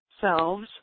selves